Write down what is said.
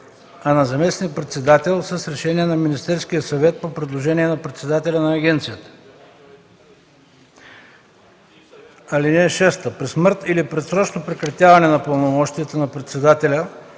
а на заместник-председател – с решение на Министерския съвет по предложение на председателя на агенцията. (6) При смърт или предсрочно прекратяване на пълномощията на председателя